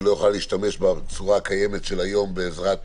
שלא יכולה להשתמש בצורה הקיימת של היום בעזרת